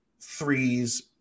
threes